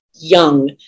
young